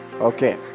Okay